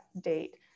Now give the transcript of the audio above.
date